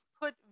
put